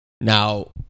Now